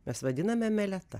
mes vadiname meleta